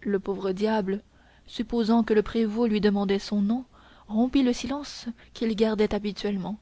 le pauvre diable supposant que le prévôt lui demandait son nom rompit le silence qu'il gardait habituellement